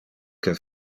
que